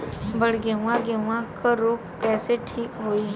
बड गेहूँवा गेहूँवा क रोग कईसे ठीक होई?